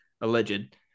alleged